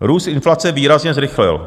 Růst inflace výrazně zrychlil.